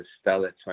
stellar